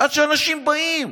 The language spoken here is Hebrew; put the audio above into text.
עד שאנשים באים.